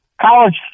college